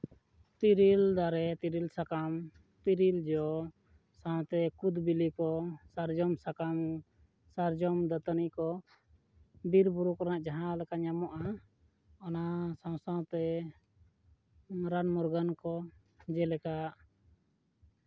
ᱛᱮᱨᱮᱞ ᱫᱟᱨᱮ ᱛᱮᱨᱮᱞ ᱥᱟᱠᱟᱢ ᱛᱮᱨᱮᱞ ᱡᱚ ᱥᱟᱶᱛᱮ ᱠᱩᱫ ᱵᱤᱞᱤ ᱠᱚ ᱥᱟᱨᱡᱚᱢ ᱥᱟᱠᱟᱢ ᱥᱟᱨᱡᱚᱢ ᱫᱟᱹᱛᱟᱹᱱᱤ ᱠᱚ ᱵᱤᱨᱼᱵᱩᱨᱩ ᱠᱚᱨᱮᱱᱟᱜ ᱡᱟᱦᱟᱸ ᱞᱮᱠᱟ ᱧᱟᱢᱚᱜᱼᱟ ᱚᱱᱟ ᱥᱟᱶ ᱥᱟᱶᱛᱮ ᱨᱟᱱ ᱢᱩᱨᱜᱟᱹᱱ ᱠᱚ ᱡᱮᱞᱮᱠᱟ